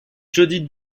jodi